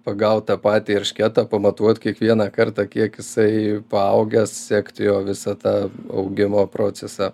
pagaut tą patį eršketą pamatuot kiekvieną kartą kiek jisai paaugęs sekt jo visą tą augimo procesą